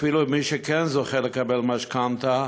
שאפילו מי שכן זוכה לקבל משכנתה,